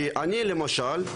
כי אני למשל,